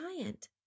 giant